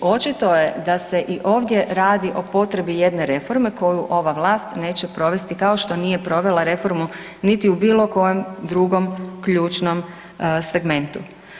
Očito je da se i ovdje radi o potrebi jedne reforme koju ova vlast neće provesti kao što nije provela reforma niti u bilo kojem drugom ključnom segmentu.